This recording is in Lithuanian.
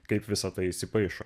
kaip visa tai įsipaišo